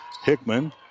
Hickman